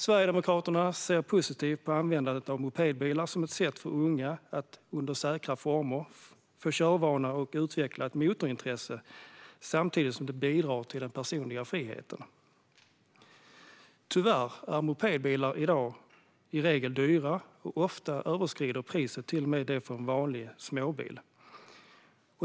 Sverigedemokraterna ser positivt på användandet av mopedbilar som ett sätt för unga att, under säkra former, få körvana och utveckla ett motorintresse samtidigt som det bidrar till den personliga friheten. Tyvärr är mopedbilar i dag i regel dyra, och ofta överstiger priset till och med det för en billig vanlig småbil.